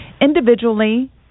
individually